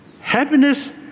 Happiness